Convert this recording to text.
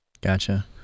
Gotcha